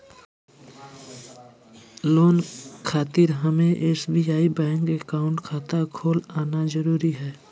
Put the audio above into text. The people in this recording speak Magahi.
लोन खातिर हमें एसबीआई बैंक अकाउंट खाता खोल आना जरूरी है?